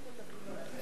תודה רבה.